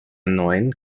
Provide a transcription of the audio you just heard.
neuen